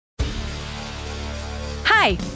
Hi